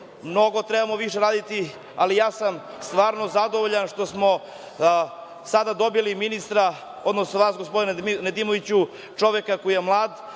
više trebamo raditi, ali ja sam stvarno zadovoljan što smo sada dobili ministra, odnosno vas gospodine Nedimoviću, čoveka koji je mlad,